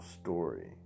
story